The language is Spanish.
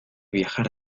viajar